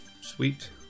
Sweet